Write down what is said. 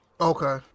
Okay